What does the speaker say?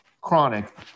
chronic